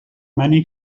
many